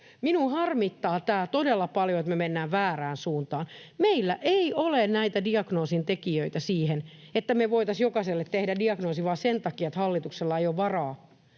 Minua harmittaa tämä todella paljon, että me mennään väärään suuntaan. Meillä ei ole näitä diagnoosintekijöitä siihen, että me voitaisiin jokaiselle tehdä diagnoosi vain sen takia, että hallituksella ei ole varaa